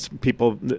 people